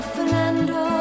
Fernando